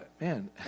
Man